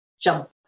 jump